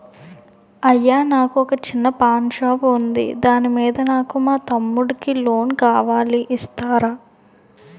అయ్యా నాకు వొక చిన్న పాన్ షాప్ ఉంది దాని మీద నాకు మా తమ్ముడి కి లోన్ కావాలి ఇస్తారా?